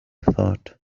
thought